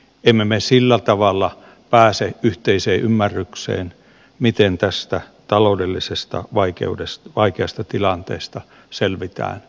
emme me sillä tavalla pääse yhteiseen ymmärrykseen siitä miten tästä vaikeasta taloudellisesta tilanteesta selvitään eteenpäin